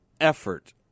effort